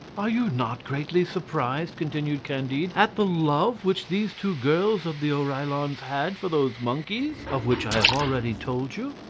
are you not greatly surprised, continued candide, at the love which these two girls of the oreillons had for those monkeys, of which i have already told you?